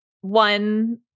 one